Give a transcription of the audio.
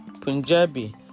Punjabi